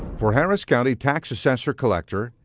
for harris county tax assessor-collector,